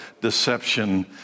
deception